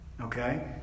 Okay